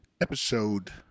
episode